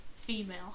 female